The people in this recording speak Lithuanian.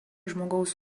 žmogaus